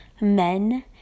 men